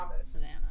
Savannah